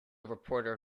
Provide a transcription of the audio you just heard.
reporter